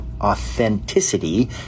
authenticity